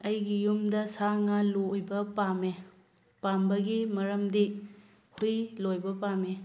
ꯑꯩꯒꯤ ꯌꯨꯝꯗ ꯁꯥ ꯉꯥ ꯂꯣꯏꯕ ꯄꯥꯝꯃꯦ ꯄꯥꯝꯕꯒꯤ ꯃꯔꯝꯗꯤ ꯍꯨꯏ ꯂꯣꯏꯕ ꯄꯥꯝꯃꯦ